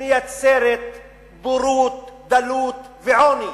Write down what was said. מייצרת בורות, דלות ועוני.